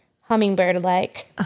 hummingbird-like